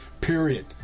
period